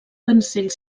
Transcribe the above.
cancell